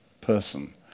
person